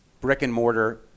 brick-and-mortar